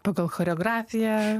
pagal choreografiją